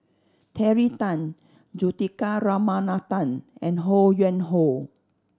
Terry Tan Juthika Ramanathan and Ho Yuen Hoe